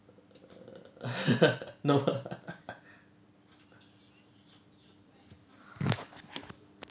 no lah